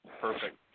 perfect